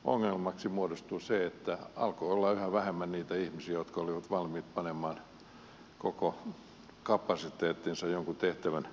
ongelmaksi muodostui se että alkoi olla yhä vähemmän niitä ihmisiä jotka olivat valmiita panemaan koko kapasiteettinsa jonkun tehtävän suorittamiseen